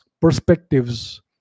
perspectives